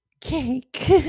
cake